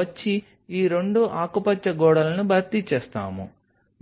వచ్చి ఈ రెండు ఆకుపచ్చ గోడలను భర్తీ చేస్తాము